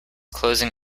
closing